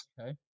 Okay